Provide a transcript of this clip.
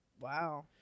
Wow